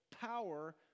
power